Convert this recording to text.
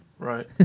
Right